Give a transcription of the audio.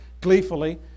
Gleefully